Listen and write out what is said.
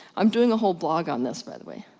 i'm doing a whole blog on this, by the way.